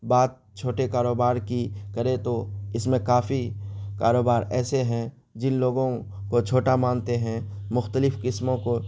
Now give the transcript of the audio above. بات چھوٹے کاروبار کی کرے تو اس میں کافی کاروبار ایسے ہیں جن لوگوں کو چھوٹا مانتے ہیں مختلف قسموں کو